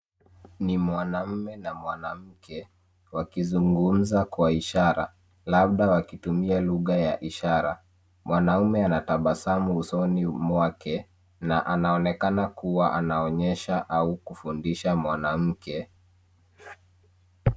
Ni mwanaume na mwanamke wakizungumza kwa ishara, labda wakitumia lugha ya ishara. Mwanaume ana tabasamu usoni mwake na anaonekana kuwa anaonyesha au kufundisha mwanamke.